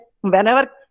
Whenever